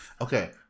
Okay